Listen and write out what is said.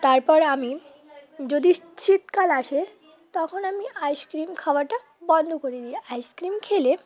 তারপর আমি যদি শীতকাল আসে তখন আমি আইসক্রিম খাওয়াটা বন্ধ করে দিই আইসক্রিম খেলে